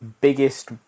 biggest